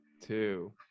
two